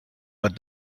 but